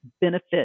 benefit